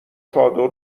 چادر